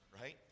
right